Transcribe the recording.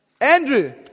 Andrew